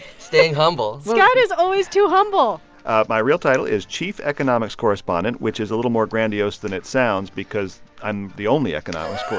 staying humble scott is always too humble my real title is chief economics correspondent, which is a little more grandiose than it sounds because i'm the only economics